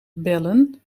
bellen